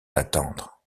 d’attendre